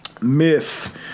myth